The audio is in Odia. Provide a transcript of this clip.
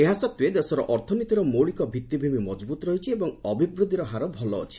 ଏହା ସତ୍ତେ ଦେଶର ଅର୍ଥନୀତି ମୌଳିକ ଭିଭିଭୂମି ମଜବୁତ୍ ରହିଛି ଏବଂ ଅଭିବୃଦ୍ଧି ହାର ଭଲ ଅଛି